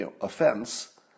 offense